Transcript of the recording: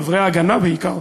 חברי "ההגנה" בעיקר,